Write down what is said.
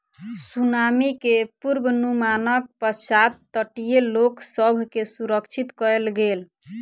tsunami के पुर्वनुमानक पश्चात तटीय लोक सभ के सुरक्षित कयल गेल